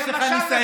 יש לך ניסיון,